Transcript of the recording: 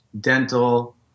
dental